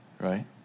Right